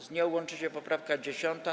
Z nią łączy się poprawka 10.